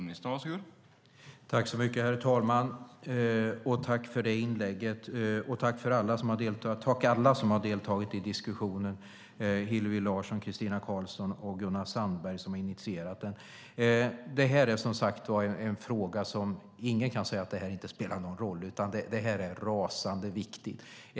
Herr talman! Jag tackar alla som deltagit i diskussionen - Hillevi Larsson, Christina Karlsson och Gunnar Sandberg, som initierade den. Ingen kan säga att den här frågan inte spelar någon roll. Den är rasande viktig.